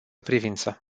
privință